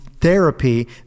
therapy